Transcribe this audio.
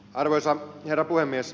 arvoisa herra puhemies